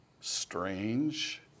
strange